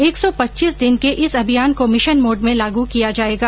एक सौ पच्चीस दिन के इस अभियान को मिशन मोड में लागू किया जाएगा